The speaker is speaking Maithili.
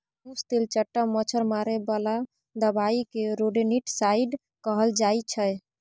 मुस, तेलचट्टा, मच्छर मारे बला दबाइ केँ रोडेन्टिसाइड कहल जाइ छै